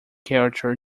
character